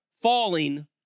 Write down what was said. falling